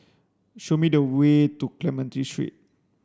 show me the way to Clementi Street